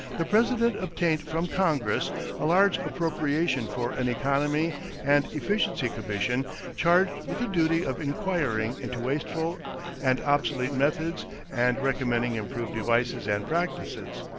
the president obtained from congress a large appropriation for an economy and efficiency commission charged with the duty of inquiring into wasteful and obsolete methods and recommending improved devices and practices.